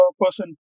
person